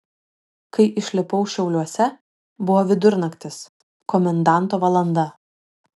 kai išlipau šiauliuose buvo vidurnaktis komendanto valanda